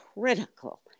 critical